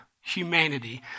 humanity